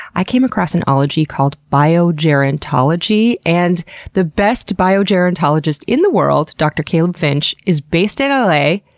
i came across an ology called biogerontology and the best biogerontologist in the world, dr. caleb finch, is based in l a.